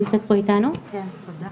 קודם כל תודה